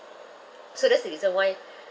so that's the reason why